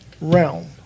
realm